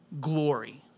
Glory